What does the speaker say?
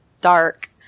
dark